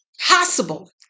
possible